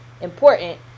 important